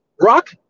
Rock